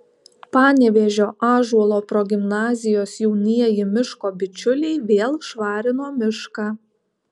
panevėžio ąžuolo progimnazijos jaunieji miško bičiuliai vėl švarino mišką